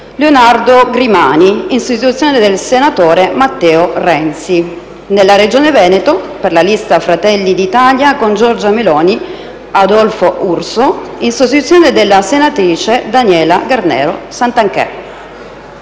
Leonardo Grimani, in sostituzione del senatore Matteo Renzi; nella Regione Veneto: per la lista «Fratelli d'Italia con Giorgia Meloni», Adolfo Urso, in sostituzione della senatrice Daniela Garnero Santanchè.